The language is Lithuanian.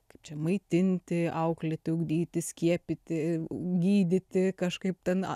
kaip čia maitinti auklėti ugdyti skiepyti gydyti kažkaip ten